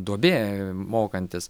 duobė mokantis